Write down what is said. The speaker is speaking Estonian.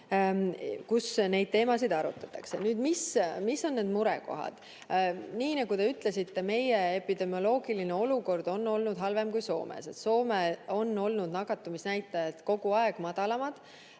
kus neid teemasid arutatakse. Mis on murekohad? Nii nagu te ütlesite, meie epidemioloogiline olukord on olnud halvem kui Soomes. Soomes on olnud nakatumisnäitajad kogu aeg madalamad